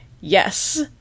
yes